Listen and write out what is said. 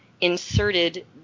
inserted